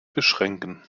beschränken